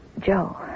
Joe